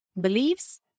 beliefs